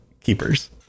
keepers